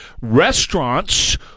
Restaurants